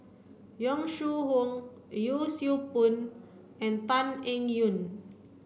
Yong Shu Hoong Yee Siew Pun and Tan Eng Yoon